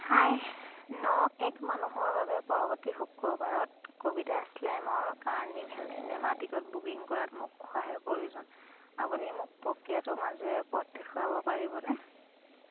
হাই ন এক মানুহৰ বাবে পৰৱৰ্তী শুক্ৰবাৰত কবিতা শ্লেমৰ কাৰ্নিভেল চিনেমা টিকট বুকিং কৰাত মোক সহায়ৰ প্ৰয়োজন আপুনি মোক প্ৰক্ৰিয়াটোৰ মাজেৰে পথ দেখুৱাব পাৰিবনে